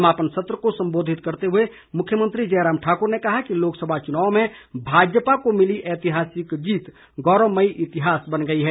समापन सत्र को संबोधित करते हुए मुख्यमंत्री जयराम ठाकुर ने कहा है कि लोकसभा चुनाव में भाजपा को मिली ऐतिहासिक जीत गौरवमयी इतिहास बन गई है